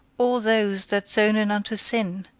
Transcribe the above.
all those that sounen unto sin,